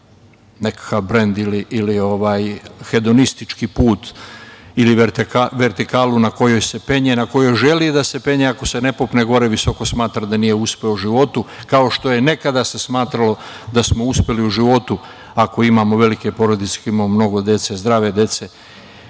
nekakav brend ili hedonistički put ili vertikalu na koju se penje ili na koju želi da se penje, a ako se ne popne gore visoko smatra da nije uspeo u životu, kao što se nekada smatralo da smo uspeli u životu ako imamo velike porodice i mnogo dece, zdrave dece. Reći